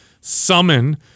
summon